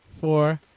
four